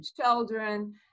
children